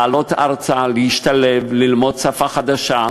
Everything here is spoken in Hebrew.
לעלות ארצה, להשתלב, ללמוד שפה חדשה,